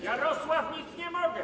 Jarosław, nic nie mogę.